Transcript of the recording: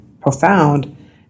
profound